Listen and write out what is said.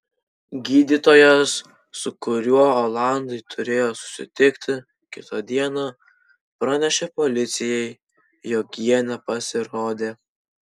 gydytojas su kuriuo olandai turėjo susitikti kitą dieną pranešė policijai jog jie nepasirodė